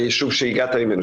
בישוב שהוא הגיע ממנו,